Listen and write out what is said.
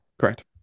Correct